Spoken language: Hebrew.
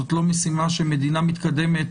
זאת לא משימה שמדינה מתקדמת